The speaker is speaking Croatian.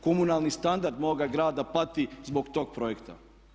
Komunalni standard moga grada pati zbog tog projekta.